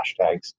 hashtags